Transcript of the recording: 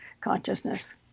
consciousness